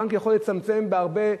הבנק יכול לצמצם בהרבה,